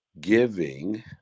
giving